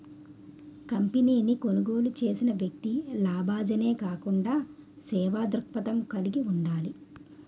కంపెనీని కొనుగోలు చేసిన వ్యక్తి లాభాజనే కాకుండా సేవా దృక్పథం కలిగి ఉండాలి